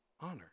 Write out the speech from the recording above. honor